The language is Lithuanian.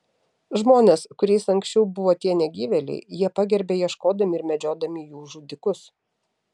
žmones kuriais anksčiau buvo tie negyvėliai jie pagerbia ieškodami ir medžiodami jų žudikus